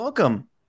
Welcome